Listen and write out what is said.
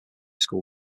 school